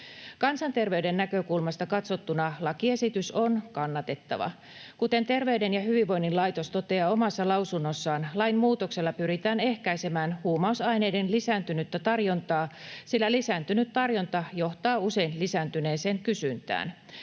Kansanterveyden näkökulmasta katsottuna lakiesitys on kannatettava. Kuten Terveyden ja hyvinvoinnin laitos toteaa omassa lausunnossaan, lainmuutoksella pyritään ehkäisemään huumausaineiden lisääntynyttä tarjontaa, sillä lisääntynyt tarjonta johtaa usein lisääntyneeseen kysyntään.